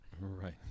Right